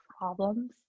problems